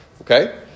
okay